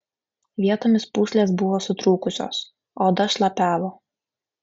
vietomis pūslės buvo sutrūkusios oda šlapiavo